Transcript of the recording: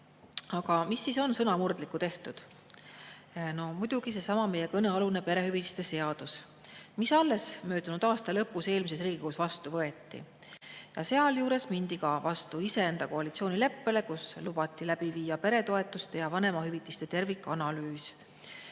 Aga mida sõnamurdlikku siis on tehtud? No muidugi seesama meie kõnealune perehüvitiste seadus, mis alles möödunud aasta lõpus eelmises Riigikogus vastu võeti. Sealjuures mindi ka vastu iseenda koalitsioonileppele, kus lubati läbi viia peretoetuste ja vanemahüvitiste tervikanalüüs.